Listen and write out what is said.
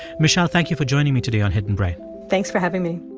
michele, thank you for joining me today on hidden brain thanks for having me